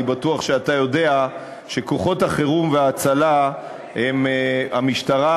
אני בטוח שאתה יודע שכוחות החירום וההצלה הם המשטרה,